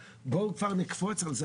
בואו כבר נקפוץ על זה.